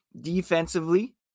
defensively